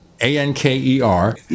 A-N-K-E-R